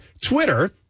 Twitter